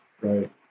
right